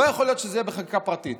לא יכול להיות שזה יהיה בחקיקה פרטית,